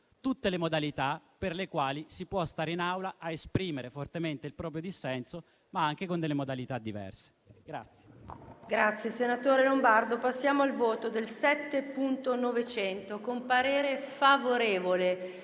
tutte le modalità con le quali si può stare in Aula ad esprimere fortemente il proprio dissenso, ma anche con delle modalità diverse.